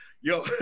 yo